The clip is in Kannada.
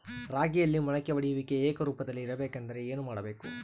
ರಾಗಿಯಲ್ಲಿ ಮೊಳಕೆ ಒಡೆಯುವಿಕೆ ಏಕರೂಪದಲ್ಲಿ ಇರಬೇಕೆಂದರೆ ಏನು ಮಾಡಬೇಕು?